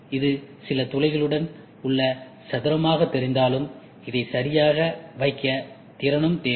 இது சில துளைகளுடன் உள்ள சதுரமாகத் தெரிந்தாலும் அதை சரியாக வைக்க திறனும் தேவை